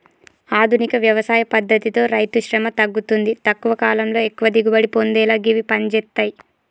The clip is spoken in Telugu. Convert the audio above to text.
ఆధునిక వ్యవసాయ పద్దతితో రైతుశ్రమ తగ్గుతుంది తక్కువ కాలంలో ఎక్కువ దిగుబడి పొందేలా గివి పంజేత్తయ్